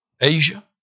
Asia